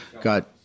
got